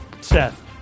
Seth